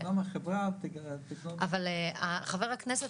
אבל חבר הכנסת,